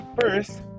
first